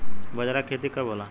बजरा के खेती कब होला?